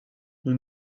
nous